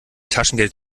taschengeld